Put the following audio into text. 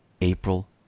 April